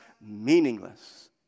meaningless